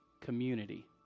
community